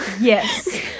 yes